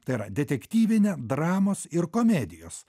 tai yra detektyvinę dramos ir komedijos